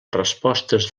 respostes